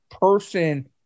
person